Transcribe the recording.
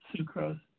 sucrose